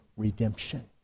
Redemption